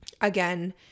again